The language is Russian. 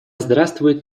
здравствует